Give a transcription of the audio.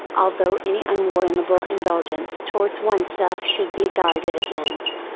although any unwarrantable indulgence towards oneself should be guarded against,